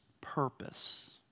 purpose